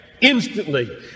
instantly